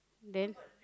then